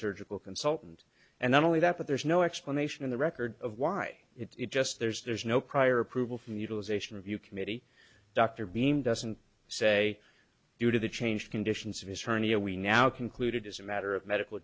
surgical consultant and not only that but there's no explanation in the record of why it just there's there's no prior approval from utilization of you committee dr beem doesn't say due to the change conditions of his hernia we now concluded as a matter of medical